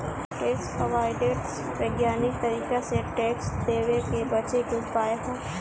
tax avoidance वैज्ञानिक तरीका से टैक्स देवे से बचे के उपाय ह